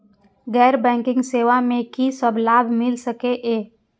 गैर बैंकिंग सेवा मैं कि सब लाभ मिल सकै ये?